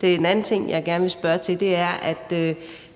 har. En anden ting, jeg gerne vil spørge til, er, at